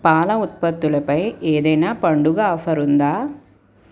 పాల ఉత్పత్తుల పై ఏదైనా పండుగ ఆఫర్ ఉందా